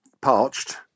parched